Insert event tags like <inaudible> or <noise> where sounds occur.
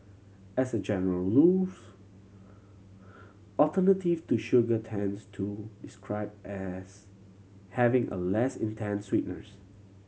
as a general <unintelligible> alternative to sugar tends to describe as having a less intense sweetness